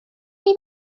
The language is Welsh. chi